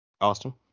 Austin